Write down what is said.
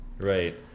Right